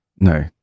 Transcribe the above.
No